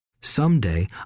someday